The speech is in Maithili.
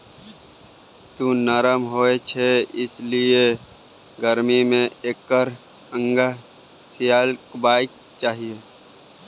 तूर नरम होए छै एहिलेल गरमी मे एकर अंगा सिएबाक चाही